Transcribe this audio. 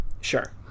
Sure